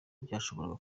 byashoboraga